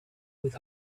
with